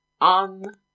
on